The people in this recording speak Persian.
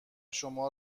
شما